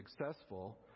successful